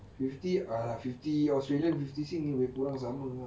fifty !alah! fifty australian fifty sing ni lebih kurang sama ah